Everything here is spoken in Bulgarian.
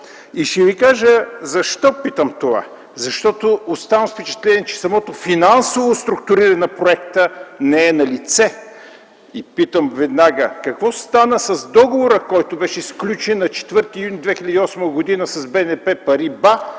Ще ви кажа защо питам това. Защото оставам с впечатлението, че самото финансово структуриране на проекта не е налице. И веднага питам: какво стана с договора, който беше сключен на 4 юни 2008 г. с „BNP